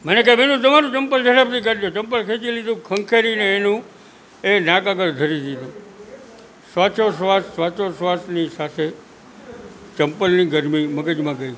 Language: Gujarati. મને કે તમારું ચંપલ ઝડપથી કાઢી દો ચંપલ ખેંચી લીધું ખંખેરીને એનું એ નાક એ આગળ ધરી દીધું શ્વાસો શ્વાસ શ્વાસો શ્વાસની સાથે ચંપલની ગરમી મગજમાં ગઈ